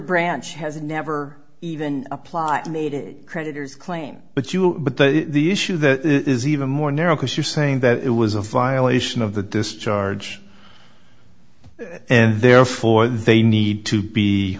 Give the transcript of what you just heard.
branch has never even applied creditors claim but you but the issue that is even more narrow because you're saying that it was a violation of the discharge and therefore they need to be